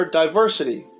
diversity